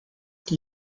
qui